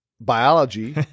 biology